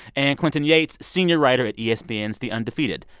and clinton yates, senior writer at yeah espn's the undefeated.